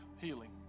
healing